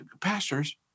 pastors